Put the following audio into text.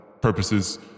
purposes